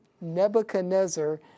Nebuchadnezzar